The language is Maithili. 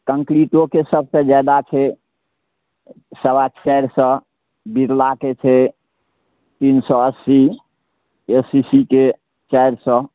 कंक्रीटोके सबसँ जादा छै सवा चारि बिरलाके छै तीन सए अस्सी एसीसीके चारि सए